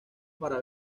para